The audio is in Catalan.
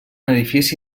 edifici